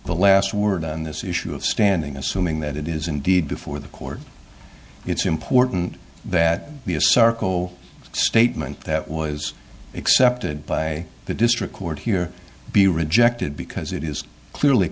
the last word on this issue of standing assuming that it is indeed before the court it's important that the a circle statement that was accepted by the district court here be rejected because it is clearly